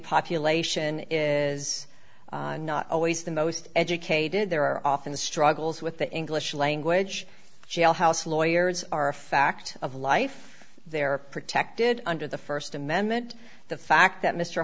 population is not always the most educated there are often the struggles with the english language jailhouse lawyers are a fact of life they're protected under the st amendment the fact that mr